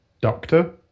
Doctor